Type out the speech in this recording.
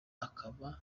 akaba